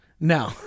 No